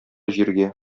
җиргә